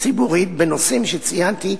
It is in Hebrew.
ציבורית בנושאים שציינתי,